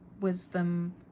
wisdom